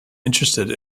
interested